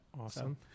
Awesome